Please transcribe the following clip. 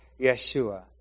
Yeshua